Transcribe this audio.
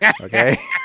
okay